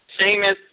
Seamus